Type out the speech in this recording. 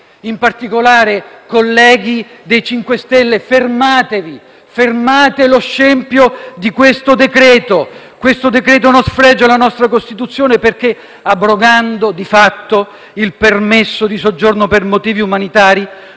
in particolare colleghi del MoVimento 5 Stelle, fermatevi, fermate lo scempio di questo decreto-legge. Questo decreto è uno sfregio alla nostra Costituzione perché, abrogando di fatto il permesso di soggiorno per motivi umanitari,